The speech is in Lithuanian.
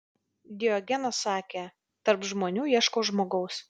diogenas sakė tarp žmonių ieškau žmogaus